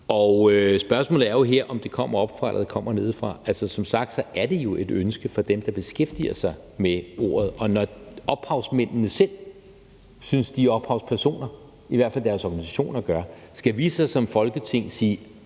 og spørgsmålet her er, om det kommer oppefra, eller om det kommer nedefra. Som sagt er det jo et ønske fra dem, der beskæftiger sig med ordet, og når ophavsmændene selv synes, at de er ophavspersoner, i hvert fald gør deres organisationer, skal vi så som Folketing sige,